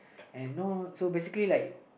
and no so basically like